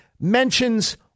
mentions